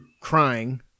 crying